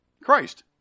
Christ